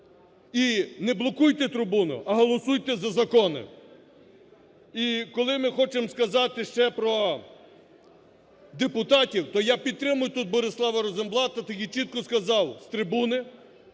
і не блокуйте трибуну, а голосуйте за закони. І коли ми хочемо сказати ще про депутатів, то я підтримую тут Борислава Розенблата, який чітко сказав з трибуни,